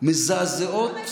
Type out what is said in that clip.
די כבר.